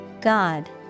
God